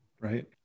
Right